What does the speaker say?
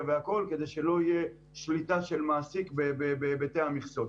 והכול כדי שלא תהיה שליטה של מעסיק בהיבטי המכסות.